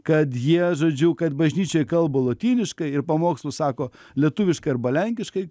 kad jie žodžiu kad bažnyčioj kalba lotyniškai ir pamokslus sako lietuviškai arba lenkiškai